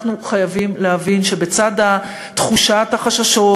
אנחנו חייבים להבין שבצד תחושת החששות,